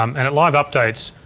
um and it live updates